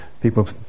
People